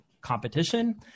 competition